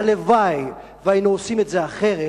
הלוואי שהיו עושים את זה אחרת.